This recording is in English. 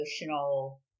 emotional